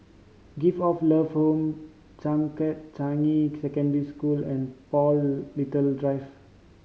Gift of Love Home Changkat Changi Secondary School and Paul Little Drive